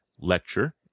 Lecture